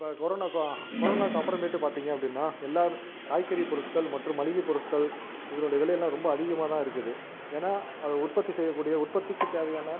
இப்போ கொரோனாக்கும் கொரோனாக்கு அப்புறமேட்டு பார்த்திங்க அப்படின்னா எல்லா காய்கறி பொருட்கள் மற்றும் மளிகை பொருட்கள் இதனுடைய விலை எல்லா ரொம்ப அதிகமாக தான் இருக்குது ஏன்னால் அது உற்பத்தி செய்யக்கூடிய உற்பத்திக்கு தேவையான